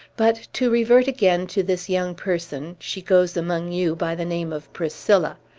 but to revert again to this young person she goes among you by the name of priscilla.